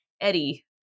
Eddie